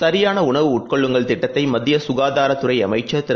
சரியானஉணவு உட்கொள்ளுங்கள் திட்டத்தைமத்தியசுகாதாரஅமைச்சர் திரு